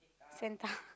Santa